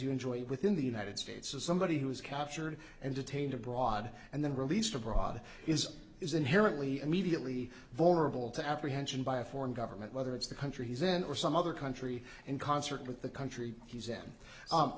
you enjoy within the united states to somebody who is captured and detained abroad and then released abroad is is inherently immediately vulnerable to apprehension by a foreign government whether it's the country he's in or some other country in concert with the country he's